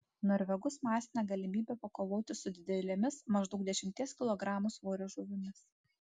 norvegus masina galimybė pakovoti su didelėmis maždaug dešimties kilogramų svorio žuvimis